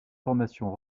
formations